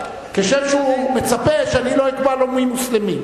כשם שהוא מצפה שאני לא אקבע לו מיהו מוסלמי.